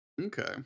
Okay